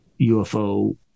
UFO